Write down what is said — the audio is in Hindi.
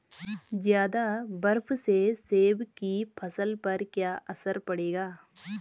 ज़्यादा बर्फ से सेब की फसल पर क्या असर पड़ेगा?